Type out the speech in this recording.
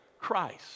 Christ